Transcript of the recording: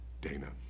Dana